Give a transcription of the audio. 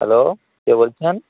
hello কে বলছেন